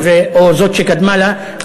או בזאת שקדמה לה.